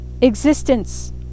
existence